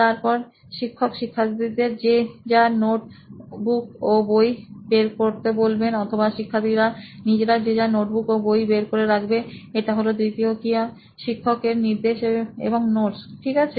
তারপর শিক্ষক শিক্ষার্থীদের যে যার নোটবুক ও বই বের করতে বলবেন অথবা শিক্ষার্থীরা নিজেরা যে যার নোটবুক ও বই বের করে রাখবে এটি হলো দ্বিতীয় ক্রিয়া শিক্ষক এর নির্দে শ এবং নোটস ঠিক আছে